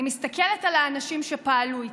אני מסתכלת על האנשים שפעלו איתי,